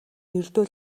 ердөө